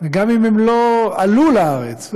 וגם אם הם לא עלו לארץ,